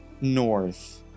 north